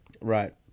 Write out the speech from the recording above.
right